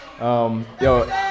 Yo